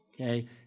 okay